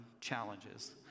challenges